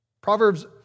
Proverbs